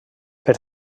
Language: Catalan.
per